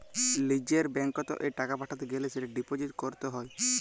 লিজের ব্যাঙ্কত এ টাকা পাঠাতে গ্যালে সেটা ডিপোজিট ক্যরত হ্য়